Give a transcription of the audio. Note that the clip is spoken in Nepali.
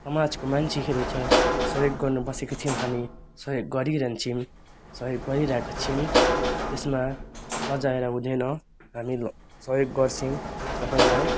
समाजको मान्छेहरू छ सहयोग गर्नु बसेको छौँ हामी सहयोग गरिरहन्छौँ सहयोग गरिरहेको छौँ त्यसमा लजाएर हुँदैन हामी सहयोग गर्छौँ सबैलाई